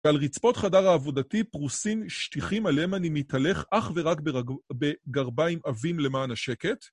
ועל רצפות חדר העבודתי פרוסים שטיחים עליהם אני מתהלך אך ורק בגרביים עבים למען השקט.